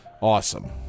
Awesome